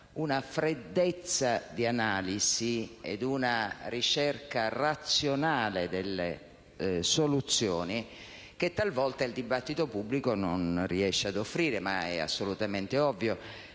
una freddezza di analisi ed una ricerca razionale delle soluzioni che, talvolta, il dibattito pubblico non riesce ad offrire. Ma è assolutamente ovvio.